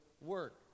work